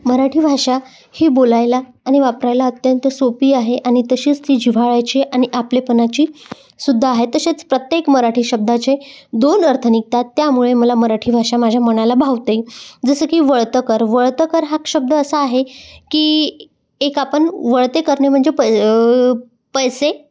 मराठी भाषा ही बोलायला आणि वापरायला अत्यंत सोपी आहे आणि तशीच ती जिव्हाळ्याची आणि आपलेपणाची सुद्धा आहे तसेच प्रत्येक मराठी शब्दाचे दोन अर्थ निघतात त्यामुळे मला मराठी भाषा माझ्या मनाला भावते जसं की वळतं कर वळतं कर हा शब्द असा आहे की एक आपण वळते करणे म्हणजे पै पैसे